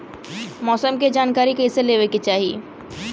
मौसम के जानकारी कईसे लेवे के चाही?